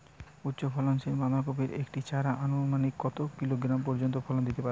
উচ্চ ফলনশীল বাঁধাকপির একটি চারা আনুমানিক কত কিলোগ্রাম পর্যন্ত ফলন দিতে পারে?